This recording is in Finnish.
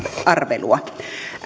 arveluani